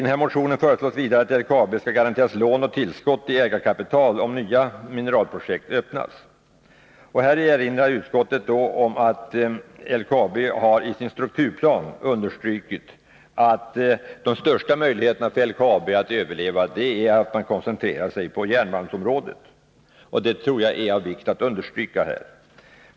I nämnda motion föreslås vidare att LKAB skall garanteras lån och tillskott i ägarkapital, om nya mineralprojekt öppnas. Utskottet vill här erinra om att LKAB i sin strukturplan har understrukit att företaget har de största möjligheterna att överleva, om resurserna koncentreras till järnmalmsområdet. Det är av vikt att understryka detta.